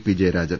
P ജയരാ Jan